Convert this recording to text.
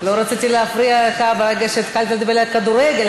לא רציתי להפריע לך ברגע שהתחלת לדבר על כדורגל,